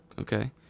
okay